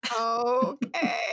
Okay